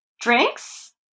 drinks